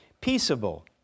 peaceable